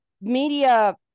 Media